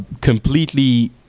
completely